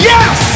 Yes